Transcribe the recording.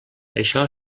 això